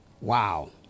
Wow